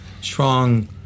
strong